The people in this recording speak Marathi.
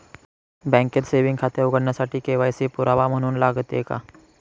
बँकेत सेविंग खाते उघडण्यासाठी के.वाय.सी पुरावा म्हणून लागते का?